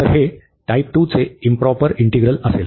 तर हे टाइप 2 चे इंप्रॉपर इंटीग्रल असेल